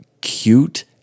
cute